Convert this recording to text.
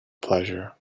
pleasure